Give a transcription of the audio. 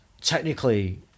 technically